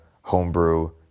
Homebrew